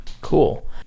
Cool